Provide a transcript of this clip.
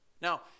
Now